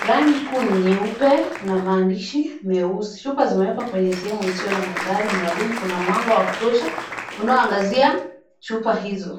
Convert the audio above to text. Rangi kuu ni nyeupe na maandishi meusi. Chupa zimewekwa kwenye sehemu isiyo na mandhari maalum. Kuna mwanga wa kutosha unaoangazia chupa hizo.